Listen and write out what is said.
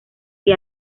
que